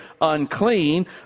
unclean